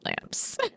lamps